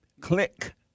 Click